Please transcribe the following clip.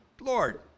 Lord